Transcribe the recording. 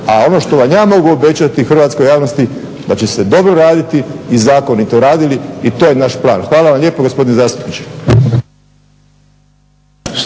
a ono što vam ja mogu obećati i hrvatskoj javnosti da će se dobro raditi i zakonito raditi i to je naš plan. Hvala vam lijepo gospodine zastupniče.